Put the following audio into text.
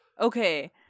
Okay